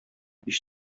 һич